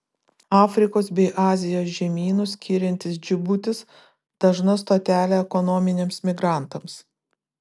afrikos bei azijos žemynus skiriantis džibutis dažna stotelė ekonominiams migrantams